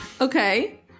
Okay